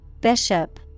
Bishop